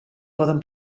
poden